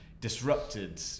disrupted